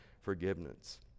forgiveness